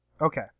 okay